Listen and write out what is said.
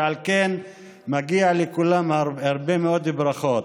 ועל כן מגיעות לכולם הרבה מאוד ברכות.